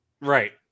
Right